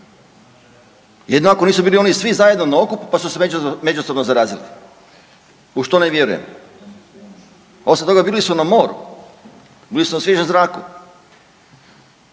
Jedino ako nisu bili oni svi zajedno na okupu pa su se međusobno zarazili, u što ne vjerujem. Osim toga, bili su na moru, bili su na svježem zraku